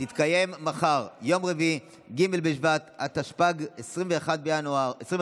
תתקיים מחר, יום רביעי ג' בשבט התשפ"ג, 25 בינואר